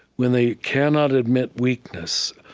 when they cannot admit weakness,